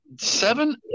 Seven